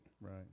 Right